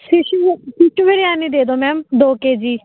fish ਬਿ fish biryani ਦੇ ਦਿਓ ਮੈਮ ਦੋ ਕੇਜੀ